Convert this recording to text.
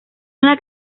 una